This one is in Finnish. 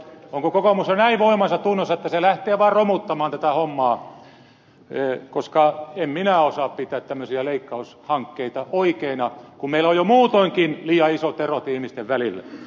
onko kokoomus jo näin voimansa tunnossa että se lähtee vain romuttamaan tätä hommaa koska en minä osaa pitää tämmöisiä leikkaushankkeita oikeina kun meillä on jo muutoinkin liian isot erot ihmisten välillä